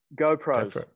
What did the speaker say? GoPros